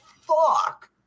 fuck